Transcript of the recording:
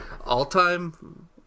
All-time